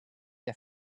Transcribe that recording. der